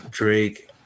Drake